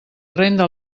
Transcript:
renda